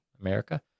America